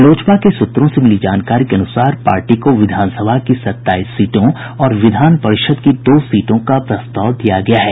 लोजपा के सूत्रों से मिली जानकारी के अनुसार पार्टी को विधानसभा की सत्ताईस सीटों और विधान परिषद की दो सीटों का प्रस्ताव दिया गया है